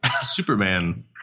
Superman